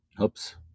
Oops